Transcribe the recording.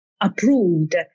approved